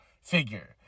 figure